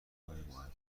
سرمایهگذارهای